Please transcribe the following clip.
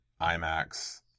IMAX